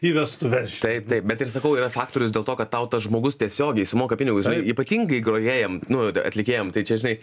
į vestuveš taip bet ir sakau yra faktorius dėl to kad tau tas žmogus tiesiogiai sumoka pinigus ypatingai grojėjam nu d atlikėjam tai čia žinai